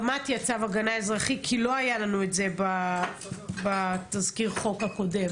צו הגנה אזרחי הוא דרמטי כי זה לא היה בתזכיר החוק הקודם.